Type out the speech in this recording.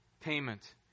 payment